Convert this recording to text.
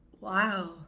Wow